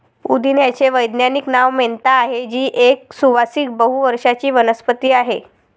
पुदिन्याचे वैज्ञानिक नाव मेंथा आहे, जी एक सुवासिक बहु वर्षाची वनस्पती आहे